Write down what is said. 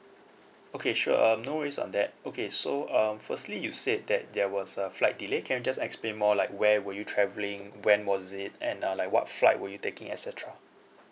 okay sure um no worries on that okay so um firstly you said that there was a flight delay can you just explain more like where were you travelling when was it and uh like what flight were you taking et cetera